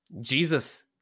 Jesus